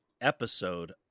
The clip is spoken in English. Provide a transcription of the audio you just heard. episode